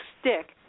stick